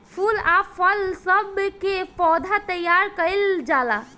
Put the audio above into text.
फूल आ फल सब के पौधा तैयार कइल जाला